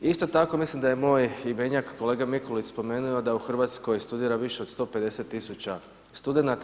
Isto tako mislim da je moj imenjak kolega Mikulić spomenuo da u Hrvatskoj studira više od 150 tisuća studenata.